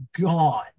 gone